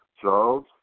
Charles